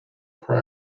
per